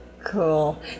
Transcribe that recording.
cool